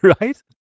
right